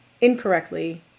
incorrectly